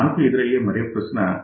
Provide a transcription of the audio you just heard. ఇప్పుడు మనకు ఎదురయ్యే మరో ప్రశ్న 1